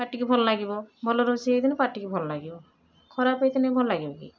ପାଟିକି ଭଲ ଲାଗିବ ଭଲ ରୋଷେଇ ହେଇଥିନେ ପାଟିକି ଭଲ ଲାଗିବ ଖରାପ ହେଇଥିନେ ଭଲ ଲାଗିବ କି